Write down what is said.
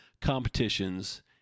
competitions